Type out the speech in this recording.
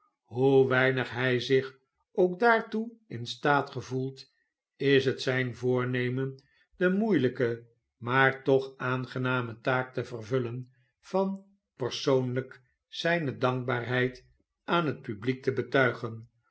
hoe weinig hij zich ook daartoe in staat gevoelt is het zijn voornemen de moeielijke maar toch aangename taak te vervullen van persoonlijk zijne dankbaarheid aan het publiek te betuigen